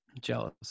Jealous